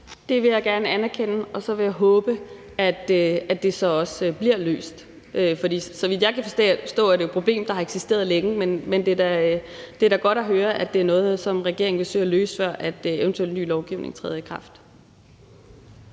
Det vil jeg gerne anerkende, og så vil jeg håbe, at det så også bliver løst. Så vidt jeg kan forstå, er det jo et problem, der har eksisteret længe, men det er da godt at høre, at det er noget, som regeringen vil søge at løse, før eventuel ny lovgivning træder i kraft.